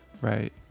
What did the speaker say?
right